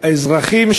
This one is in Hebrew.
לאזרחים,